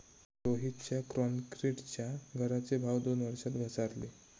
रोहितच्या क्रॉन्क्रीटच्या घराचे भाव दोन वर्षात घसारले